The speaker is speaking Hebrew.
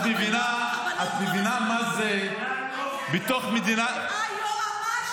את מבינה מה זה בתוך מדינת --- היועמ"שית